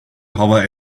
hava